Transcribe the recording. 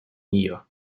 нее